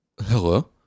Hello